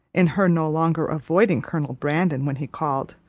in her no longer avoiding colonel brandon when he called,